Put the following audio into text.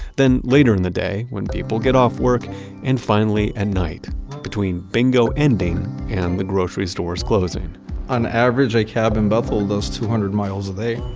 then later in the day when people get off work and finally at and night between bingo ending and the grocery stores closing on average, a cab in bethel does two hundred miles a day.